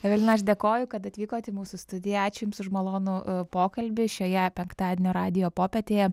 evelina aš dėkoju kad atvykot į mūsų studiją ačiū jums už malonų pokalbį šioje penktadienio radijo popietėje